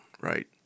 right